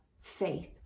faith